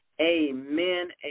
amen